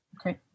okay